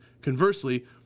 Conversely